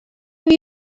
have